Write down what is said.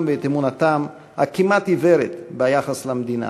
ואת אמונתם הכמעט-עיוורת ביחס למדינה,